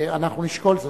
ואנחנו נשקול זאת.